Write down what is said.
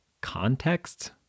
context